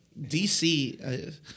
DC